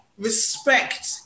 respect